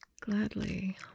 Gladly